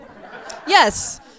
Yes